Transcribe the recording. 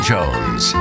Jones